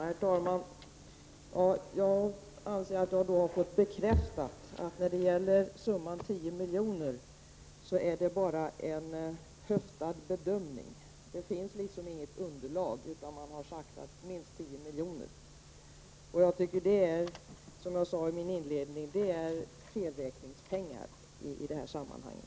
Herr talman! Jag anser att jag har fått bekräftat att summan 10 miljoner har kommit till genom en höftad bedömning. Det finns inget underlag, utan man har sagt att det skall vara minst 10 miljoner. Jag tycker att det är, som jag sade i min inledning, felräkningspengar i detta sammanhang.